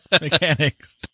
mechanics